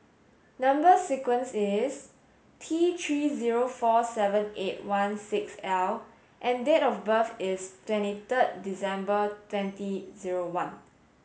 number sequence is T three zero four seven eight one six L and date of birth is twenty third December twenty zero one